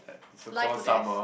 life to death